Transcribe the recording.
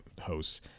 hosts